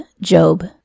Job